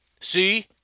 See